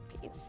peace